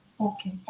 Okay